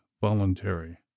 voluntary